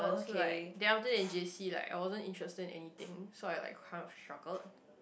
so like then after in J_C like I wasn't interested anything so I like kind of shocked